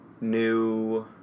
new